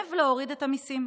סירב להוריד את המיסים,